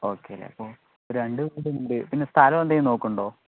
okay അപ്പോൾ പിന്നെ സ്ഥലം എന്തെങ്കിലും നോക്കുന്നുണ്ടോ